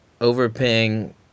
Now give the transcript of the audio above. overpaying